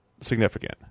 significant